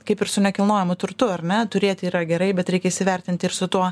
kaip ir su nekilnojamu turtu ar ne turėti yra gerai bet reikia įsivertinti ir su tuo